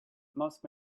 most